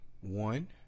One